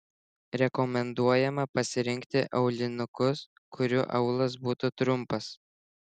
rekomenduojama pasirinkti aulinukus kurių aulas būtų trumpas